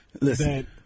Listen